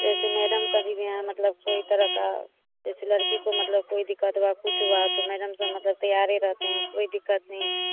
जैसे मैडम कभी भी हैं मतलब कोई तरह का जैसे लड़की को मतलब कोई दिक्कत हुआ कुछ हुआ तो मैडम सब मतलब तैयार रहते हैं कोई दिक्कत नहीं है